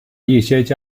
一些